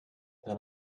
that